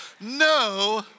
no